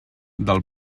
del